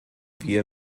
wir